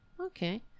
Okay